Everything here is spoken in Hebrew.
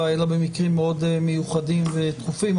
אלא במקרים מאוד מיוחדים ודחופים,